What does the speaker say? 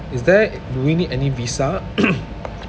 is there do we need any visa